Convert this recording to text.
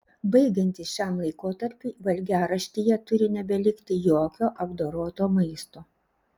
baigiantis šiam laikotarpiui valgiaraštyje turi nebelikti jokio apdoroto maisto